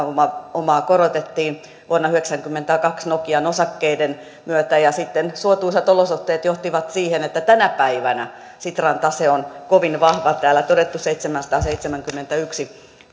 peruspääomaa korotettiin vuonna tuhatyhdeksänsataayhdeksänkymmentäkaksi nokian osakkeiden myötä ja sitten suotuisat olosuhteet johtivat siihen että tänä päivänä sitran tase on kovin vahva täällä todettu seitsemänsataaseitsemänkymmentäyksi